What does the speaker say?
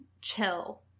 chill